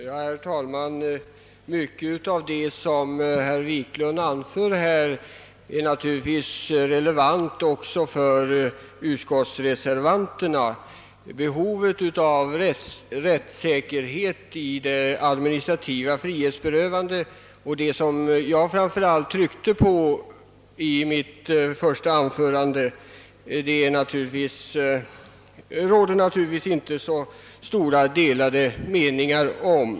Herr talman! Mycket av det som herr Wiklund här anfört är relevant också för utskottsreservanterna. Behovet av rättssäkerhet i det administrativa frihetsberövandet, som jag framför allt tryckte på i mitt första anförande, råder det naturligtvis inte några delade meningar om.